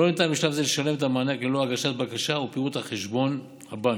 לא ניתן בשלב זה לשלם את המענק ללא הגשת בקשה ופירוט חשבון הבנק.